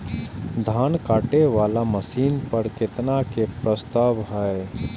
धान काटे वाला मशीन पर केतना के प्रस्ताव हय?